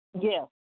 Yes